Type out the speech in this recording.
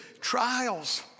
trials